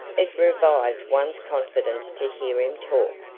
it revived one's confidence to hear him talk.